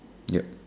yep